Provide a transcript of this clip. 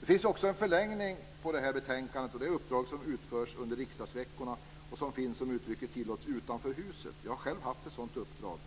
Det finns också en förlängning när det gäller det här betänkandet. Det är uppdrag som utförs under riksdagsveckorna och som finns, om uttrycket tillåts, utanför huset. Jag har själv haft ett sådant uppdrag.